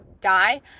die